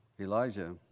Elijah